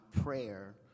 prayer